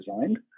designed